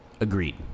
Agreed